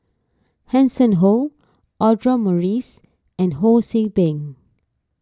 Hanson Ho Audra Morrice and Ho See Beng